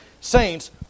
saints